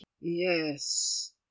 Yes